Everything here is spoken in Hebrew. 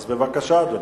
אז בבקשה, אדוני.